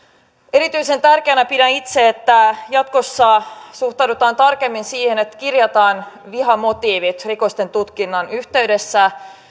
erityisen tärkeänä pidän itse että jatkossa suhtaudutaan tarkemmin siihen että kirjataan vihamotiivit rikosten tutkinnan yhteydessä